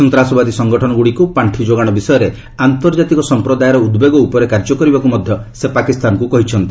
ସନ୍ତାସବାଦୀ ସଂଗଠନଗୁଡ଼ିକୁ ପାଣ୍ଠି ଯୋଗାଣ ବିଷୟରେ ଆନ୍ତର୍ଜାତିକ ସମ୍ପ୍ରଦାୟର ଉଦ୍ବେଗ ଉପରେ କାର୍ଯ୍ୟ କରିବାକୁ ମଧ୍ୟ ସେ ପାକିସ୍ତାନକୁ କହିଛନ୍ତି